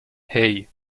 hei